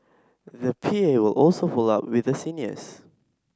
the P A will also follow up with the seniors